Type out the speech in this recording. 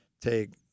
take